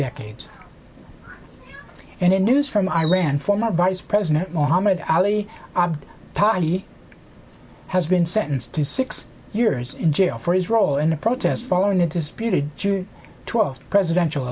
decades and in news from iran former vice president mohammad ali time he has been sentenced to six years in jail for his role in the protests following the disputed june twelfth presidential